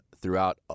throughout